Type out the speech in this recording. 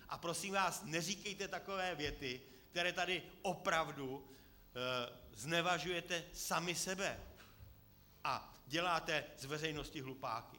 A prosím vás, neříkejte takové věty, kterými tady opravdu znevažujete sami sebe a děláte z veřejnosti hlupáky.